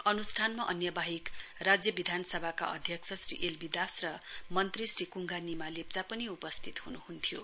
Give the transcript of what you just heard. अनुस्ठान अन्य बाहेक राज्य विधानसभाका अध्यक्ष श्री एलबी दास र मन्त्री श्री कुङ्गा निमा लेप्चा पनि उपस्थित हुनुहुन्थ्यो